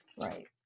right